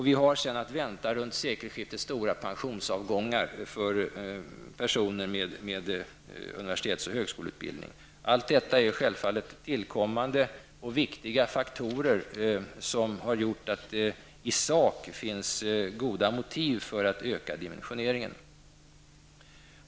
Vi har vidare runt sekelskiftet att vänta stora pensionsavgångar för personer med universitets och högskoleutbildning. Allt detta är självfallet tillkommande och viktiga faktorer, som har gjort att det i sak finns goda motiv för att öka dimensioneringen.